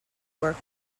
work